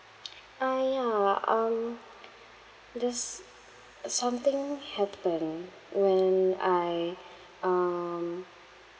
I uh um there's uh something happened when I um